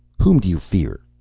whom do you fear?